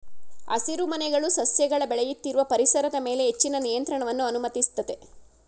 ಹಸಿರುಮನೆಗಳು ಸಸ್ಯಗಳ ಬೆಳೆಯುತ್ತಿರುವ ಪರಿಸರದ ಮೇಲೆ ಹೆಚ್ಚಿನ ನಿಯಂತ್ರಣವನ್ನು ಅನುಮತಿಸ್ತದೆ